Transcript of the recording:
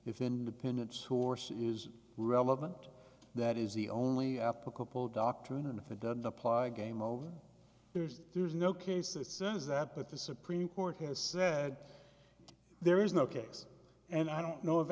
if independents who are is relevant that is the only applicable doctrine and if it doesn't apply game over there is there is no case that says that but the supreme court has said there is no case and i don't know of